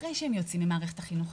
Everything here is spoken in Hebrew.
אחרי שהם יוצאים ממערכת החינוך,